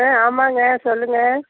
ஆ ஆமாங்க சொல்லுங்கள்